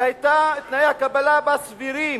שתנאי הקבלה בה היו סבירים,